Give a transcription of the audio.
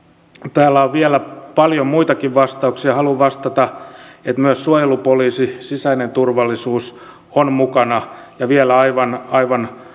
täällä on vielä paljon muitakin vastauksia haluan vastata että myös suojelupoliisi sisäinen turvallisuus on mukana vielä aivan aivan